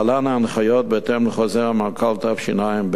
להלן ההנחיות, בהתאם לחוזר המנכ"ל תשע"ב,